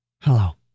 Hello